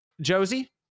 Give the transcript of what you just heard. josie